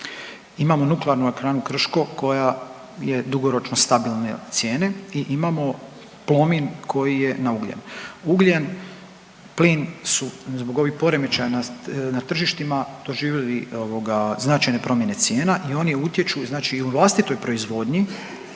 Imamo Nuklearnu elektranu Krško koja je dugoročno stabilne cijene i imamo Plomin koji je na ugljen. Ugljen, plin su zbog ovih poremećaja na tržištima doživjeli ovoga značajne promjene cijena i oni utječu znači i u vlastitoj proizvodnji